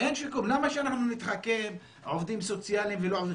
למה שאנחנו נתחכם, עובדים סוציאליים ולא עובדים.